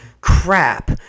crap